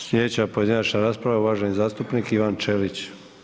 Sljedeća pojedinačna rasprava uvaženi zastupnik Ivan Ćelić.